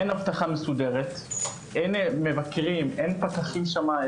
אין אבטחה מסודרת, אין מבקרים, אין פקחים שם.